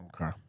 Okay